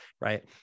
right